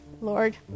Lord